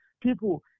people